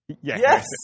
Yes